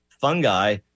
fungi